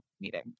meeting